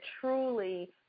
truly